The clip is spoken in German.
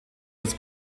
das